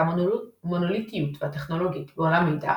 והמונוליטיות הטכנולוגית בעולם מאידך,